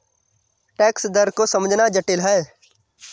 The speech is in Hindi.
टैक्स दर को समझना जटिल है